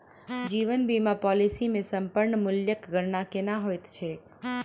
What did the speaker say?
जीवन बीमा पॉलिसी मे समर्पण मूल्यक गणना केना होइत छैक?